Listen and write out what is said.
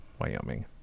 Wyoming